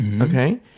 okay